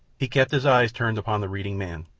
he kept his eyes turned upon the reading man,